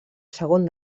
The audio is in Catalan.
segon